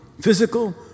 physical